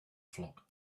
flock